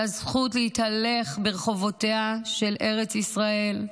על הזכות להתהלך ברחובותיה של ארץ ישראל,